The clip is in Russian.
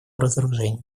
разоружению